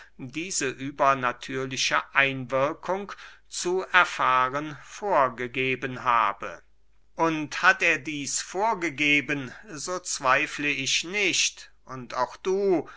diese übernatürliche einwirkung zu erfahren vorgegeben habe und hat er dieß vorgegeben so zweifle ich nicht und auch du